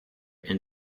and